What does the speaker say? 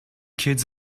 kids